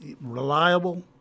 reliable